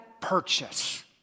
purchase